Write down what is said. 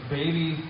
baby